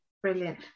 Brilliant